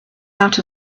out